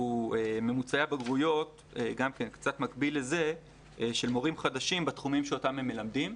הוא ממוצעי הבגרויות של מורים חדשים בתחומים שאותם הם מלמדים.